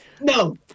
No